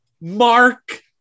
Mark